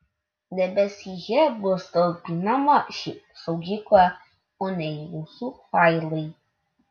debesyje bus talpinama ši saugykla o ne jūsų failai